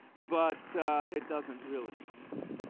but it doesn't really.